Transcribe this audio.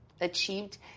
achieved